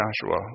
Joshua